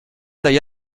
dagli